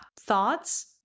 thoughts